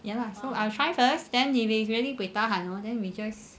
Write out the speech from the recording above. ya lah so I'll try first then if it's really buay tahan hor then we just